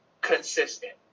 consistent